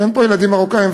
אין פה ילדים מרוקאים,